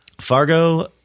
Fargo